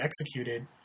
executed